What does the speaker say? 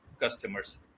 customers